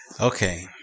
okay